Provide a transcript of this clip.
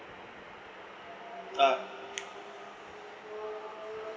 uh